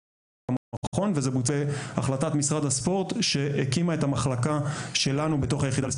זה בוצע בהחלטת מכון הספורט שהקימה את המחלקה שלנו בתוך היחידה.